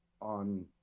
on